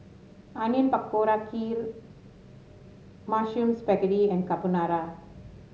Onion Pakora Kheer Mushroom Spaghetti Carbonara